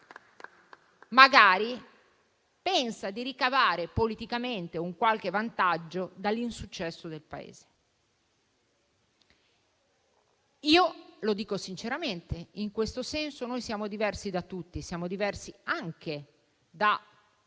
magari, pensa di ricavare politicamente un qualche vantaggio dall'insuccesso del Paese. Lo dico sinceramente: in questo senso, noi siamo diversi da tutti. Siamo diversi anche dalla